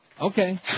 Okay